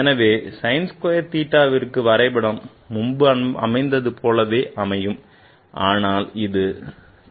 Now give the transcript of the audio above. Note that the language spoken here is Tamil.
ஆகவே sin square thetaவிற்கான வரைபடம் முன்பு அமைந்தது போலவே அமையும்